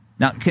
Now